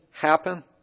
happen